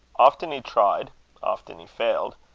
often he tried often he failed,